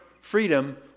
freedom